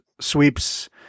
sweeps